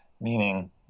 meaning